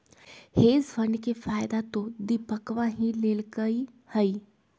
hedge fund के फायदा तो दीपकवा ही लेल कई है